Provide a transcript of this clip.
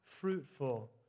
fruitful